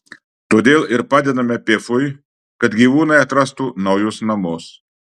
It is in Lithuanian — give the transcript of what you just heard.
todėl ir padedame pifui kad gyvūnai atrastų naujus namus